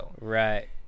Right